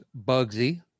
Bugsy